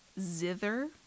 zither